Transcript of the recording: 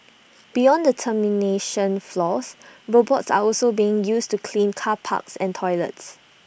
beyond the termination floors robots are also being used to clean car parks and toilets